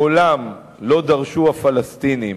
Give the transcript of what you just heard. מעולם לא דרשו הפלסטינים